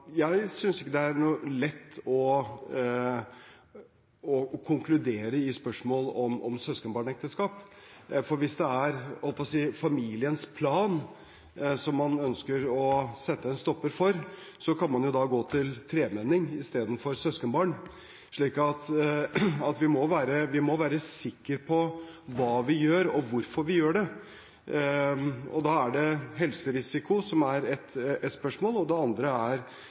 Jeg har stor respekt for at alle partier ser kompleksiteten i disse sakene. Jeg synes ikke det er lett å konkludere i spørsmål om søskenbarnekteskap, for hvis det er familiens plan man ønsker å sette en stopper for, kan man da gå til tremenning istedenfor til søskenbarn. Så vi må være sikre på hva vi gjør, og hvorfor vi gjør det. Da er helserisiko ett spørsmål, det andre spørsmålet er